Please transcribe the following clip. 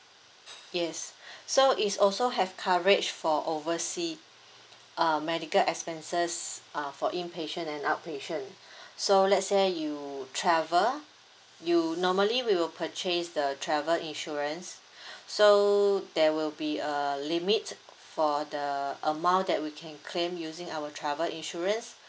yes so is also have coverage for overseas uh medical expenses uh for impatient and outpatient so let's say you travel you normally we will purchase the travel insurance so there will be a limit for the amount that we can claim using our travel insurance